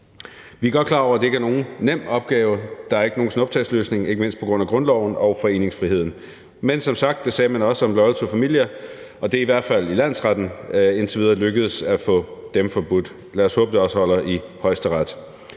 Vi er godt klar over, at det ikke er nogen nem opgave, og at der ikke er nogen snuptagsløsning, ikke mindst på grund af grundloven og foreningsfriheden. Men som sagt sagde man også det om Loyal To Familia, og det er i hvert fald i landsretten indtil videre lykkedes at få dem forbudt. Lad os håbe, at det også holder i Højesteret.